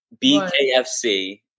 BKFC